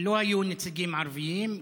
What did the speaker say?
לא היו נציגים ערבים,